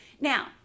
Now